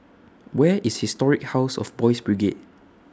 Where IS Historic House of Boys' Brigade